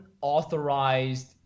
authorized